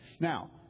Now